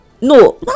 no